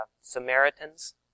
Samaritans